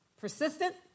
persistent